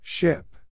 Ship